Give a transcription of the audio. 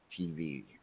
TV